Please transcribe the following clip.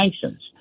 sanctions